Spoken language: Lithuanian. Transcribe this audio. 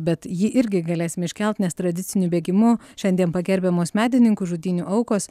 bet jį irgi galėsim iškelt nes tradiciniu bėgimu šiandien pagerbiamos medininkų žudynių aukos